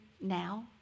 now